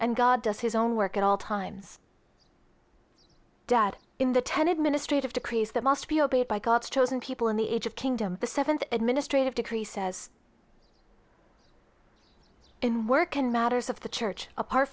and god does his own work at all times dead in the ten administrative decrees that must be obeyed by god's chosen people in the age of kingdom the seventh administrative decree says in workin matters of the church apart